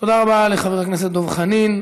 תודה רבה לחבר הכנסת דב חנין.